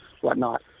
whatnot